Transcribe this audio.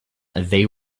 they